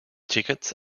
tickets